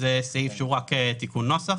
זה סעיף שהוא רק תיקון נוסח